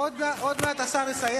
עוד מעט השר יסיים.